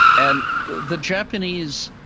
and the japanese,